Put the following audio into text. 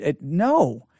no